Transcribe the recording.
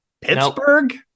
Pittsburgh